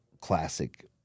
classic